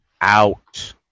out